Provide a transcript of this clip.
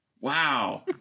Wow